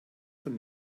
von